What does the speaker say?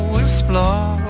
explore